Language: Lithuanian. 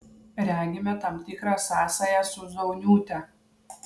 regime tam tikrą sąsają su zauniūte